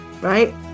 right